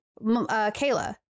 Kayla